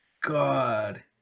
God